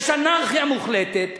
יש אנרכיה מוחלטת.